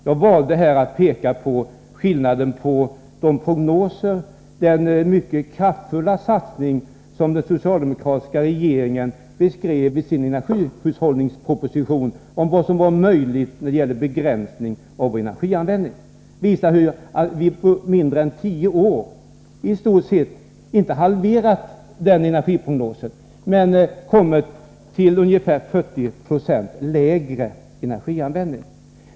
Jag valde här att peka på den enligt den socialdemokratiska regeringen mycket kraftfulla satsningen i energihushållningspropositionen när det gäller begränsning av vår energianvändning. Det visar sig att vi på mindre än tio år nästan halverat den energianvändning som vi skulle ha enligt prognoser.